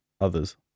others